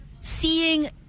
Seeing